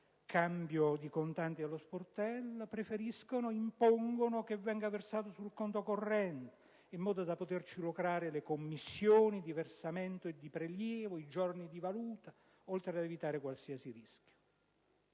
cambiare contanti allo sportello, impongono al cliente di versare l'assegno sul conto corrente, in modo da poterci lucrare le commissioni di versamento e di prelievo, i giorni di valuta, oltre ad evitare qualsiasi rischio.